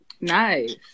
Nice